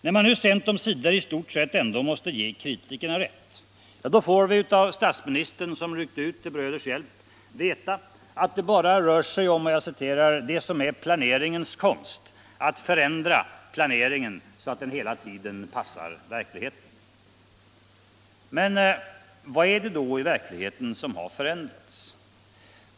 När man nu sent omsider i stort sett ändå måste ge kritikerna rätt, får vi av statsministern, som ryckt ut till bröders hjälp, veta att det bara rör sig om ”det som är planeringens konst: att förändra planeringen så att den hela tiden passar verkligheten”. Men vad är det då i verkligheten som förändrats?